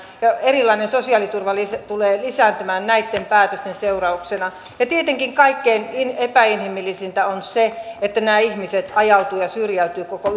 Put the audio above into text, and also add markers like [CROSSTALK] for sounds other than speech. erilainen sosiaaliturva tulee lisääntymään näitten päätösten seurauksena ja tietenkin kaikkein epäinhimillisintä on se että nämä ihmiset ajautuvat ja syrjäytyvät koko [UNINTELLIGIBLE]